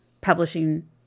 publishing